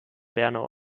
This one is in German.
bernau